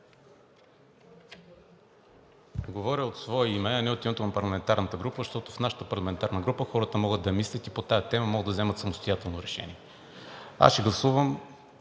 Говоря от свое име, а не от името на парламентарната група, защото в нашата парламентарна група хората могат да мислят и по тази тема могат да вземат самостоятелно решение. Няма да гласувам